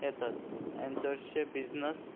येतात आनी चडशे बिजनस